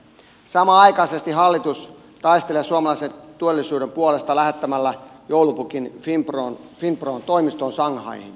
samanaikaisesti hallitus taistelee suomalaisen työllisyyden puolesta lähettämällä joulupukin finpron toimistoon shanghaihin